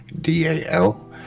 DAL